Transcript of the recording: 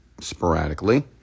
sporadically